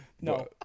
No